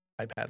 iPad